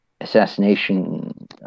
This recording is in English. assassination